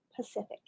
Pacific